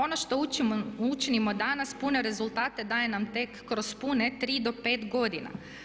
Ono što učinimo danas, pune rezultate daje nam tek kroz pune 3- 5godina.